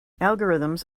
algorithms